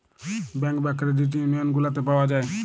bank বা credit union গুলাতে পাওয়া যায়